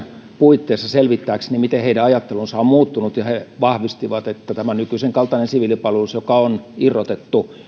puitteissa selvittääkseni miten heidän ajattelunsa on muuttunut ja he vahvistivat että nykyisen kaltainen siviilipalvelus joka on irrotettu